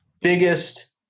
biggest